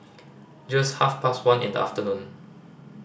just half past one in the afternoon